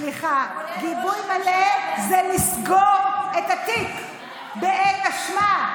סליחה, גיבוי מלא זה לסגור את התיק באין אשמה.